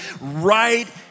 right